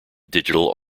digital